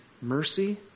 mercy